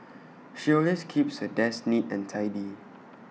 she always keeps her desk neat and tidy